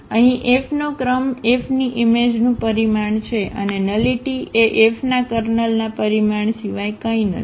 તેથી અહીં F નો ક્રમ F ની ઈમેજ નું પરિમાણ છે અને નલિટી એ Fના કર્નલના પરિમાણ સિવાય કંઈ નથી